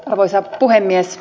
arvoisa puhemies